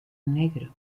negro